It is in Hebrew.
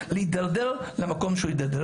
להתדרדר למקום אליו הוא התדרדר.